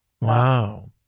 Wow